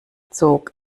zog